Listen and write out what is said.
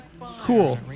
Cool